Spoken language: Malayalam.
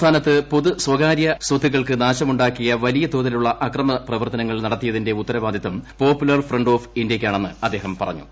സംസ്ഥാനത്ത് പൊതുപ്പ്സ്വകാര്യ സ്വത്തുക്കൾക്ക് നാശമുണ്ടാക്കിയ വലിയ തോതിലുള്ളൂ അക്രമപ്രവർത്തനങ്ങൾ നടത്തിയതിന്റെ ഉത്തരവാദിത്വം പ്പോപ്പുലർ ഫ്രണ്ട് ഓഫ് ഇന്ത്യയ്ക്കാണെന്ന് അദ്ദേഹം പറഞ്ഞു